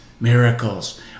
Miracles